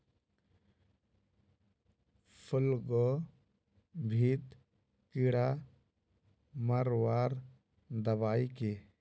फूलगोभीत कीड़ा मारवार दबाई की?